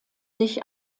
sich